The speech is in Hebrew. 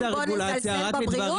בוא נזלזל בבריאות?